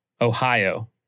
Ohio